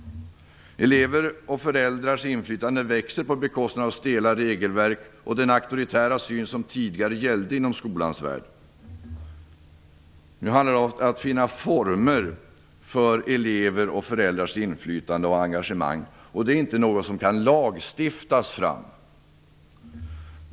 Elevers och föräldrars inflytande växer på bekostnad av stela regelverk och den auktoritära syn som tidigare gällde inom skolans värld. Nu handlar det om att finna former för elevers och föräldrars inflytande och engagemang. Det är inte något som man kan lagstifta fram.